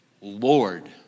Lord